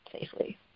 safely